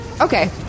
Okay